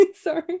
sorry